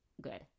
Good